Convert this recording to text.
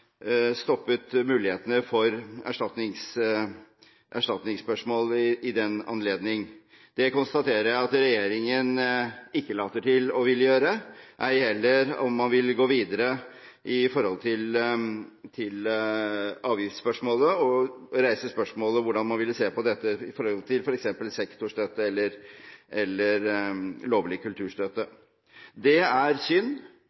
stoppet mulighetene for erstatningsspørsmål i den anledning. Det konstaterer jeg at regjeringen ikke later til å ville gjøre, ei heller vil man gå videre med avgiftsspørsmålet og reise spørsmål om hvordan man vil se på dette i forhold til f.eks. sektorstøtte eller lovlig kulturstøtte. Det er synd,